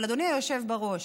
אבל אדוני היושב בראש,